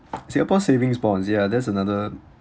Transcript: singapore savings bonds ya that's another